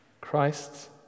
Christ